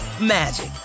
magic